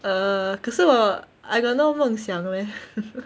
err 可是我 I got no 梦想 leh